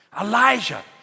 Elijah